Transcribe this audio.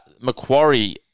Macquarie